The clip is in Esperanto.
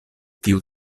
tiu